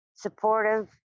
supportive